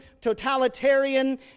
totalitarian